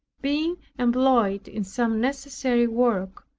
being employed in some necessary work,